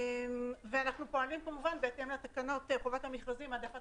אנחנו פועלים בהתאם לתקנות חובת המכרזים (העדפת